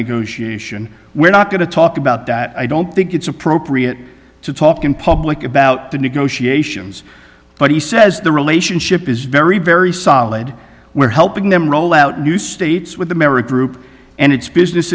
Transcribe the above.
negotiation we're not going to talk about that i don't think it's appropriate to talk in public about the negotiations but he says the relationship is very very solid we're helping them roll out new states with the memory group and it's business